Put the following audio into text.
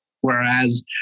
whereas